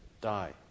die